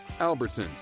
Albertsons